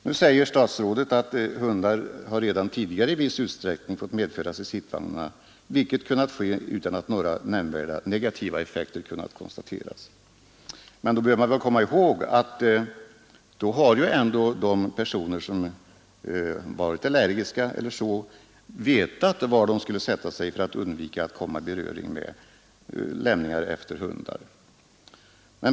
Nu säger statsrådet: ”Hundar har redan tidigare i viss utsträckning fått medföras i sittvagnarna, vilket kunnat ske utan att några nämnvärda negativa effekter konstaterats.” Men man bör komma ihåg att då har ändock de personer som t.ex. är allergiska vetat var de skulle sätta sig för att undvika att komma i beröring med lämningar efter hundar.